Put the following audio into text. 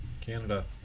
Canada